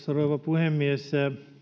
rouva puhemies